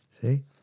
See